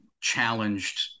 challenged